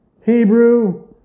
Hebrew